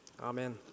Amen